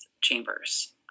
chambers